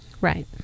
right